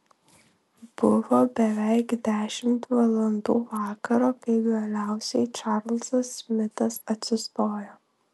buvo beveik dešimt valandų vakaro kai galiausiai čarlzas smitas atsistojo